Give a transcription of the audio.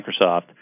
Microsoft